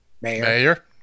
mayor